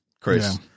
Chris